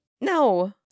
No